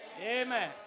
Amen